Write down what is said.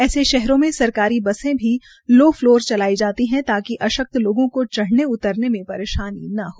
ऐसे शहरों में सरकारी बसें भी लो फलोर चलाई जाती है ताकि अशक्त लोगों को चढ़ने उतरने में परेशानी न हो